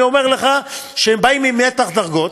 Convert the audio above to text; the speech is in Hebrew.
אני אומר לך שהם באים עם מתח דרגות,